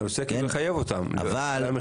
אני רוצה לחייב אותם במחירים.